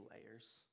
layers